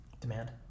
demand